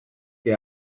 que